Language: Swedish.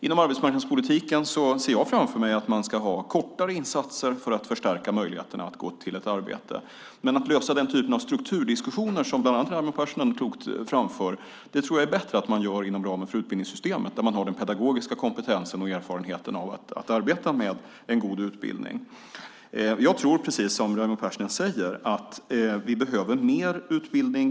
Inom arbetsmarknadspolitiken ser jag framför mig att man ska ha kortare insatser för att förstärka möjligheterna att gå till ett arbete, men att lösa den typen av strukturdiskussioner som bland annat Raimo Pärssinen klokt framför tror jag är bättre att man gör inom ramen för utbildningssystemet. Där har man den pedagogiska kompetensen och erfarenheten av att arbeta med en god utbildning. Jag tror, precis som Raimo Pärssinen säger, att vi behöver mer utbildning.